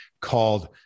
called